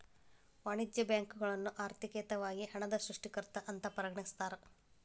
ವಾಣಿಜ್ಯ ಬ್ಯಾಂಕುಗಳನ್ನ ಆರ್ಥಿಕತೆದಾಗ ಹಣದ ಸೃಷ್ಟಿಕರ್ತ ಅಂತ ಪರಿಗಣಿಸ್ತಾರ